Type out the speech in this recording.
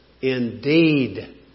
indeed